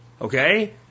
okay